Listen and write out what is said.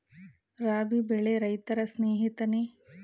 ರಾಬಿ ಬೆಳೆ ರೈತರ ಸ್ನೇಹಿತನೇ?